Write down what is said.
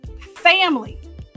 family